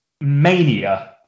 mania